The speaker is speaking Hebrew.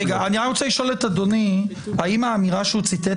רוצה לשאול את אדוני האם האמירה שהוא ציטט